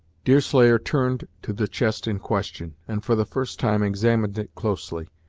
deerslayer turned to the chest in question, and for the first time examined it closely.